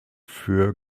für